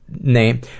name